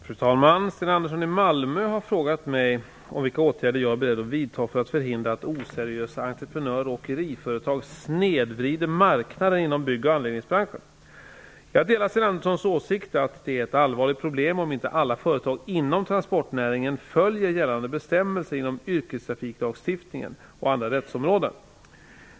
Fru talman! Sten Andersson i Malmö har frågat mig om vilka åtgärder jag är beredd att vidta för att förhindra att oseriösa entreprenör och åkeriföretag snedvrider marknaden inom bygg och anläggningsbranschen. Jag delar Sten Anderssons åsikt att det är ett allvarligt problem om inte alla företag inom transportnäringen följer gällande bestämmelser inom yrkestrafiklagstiftningen och andra rättsområden.